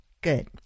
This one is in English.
Good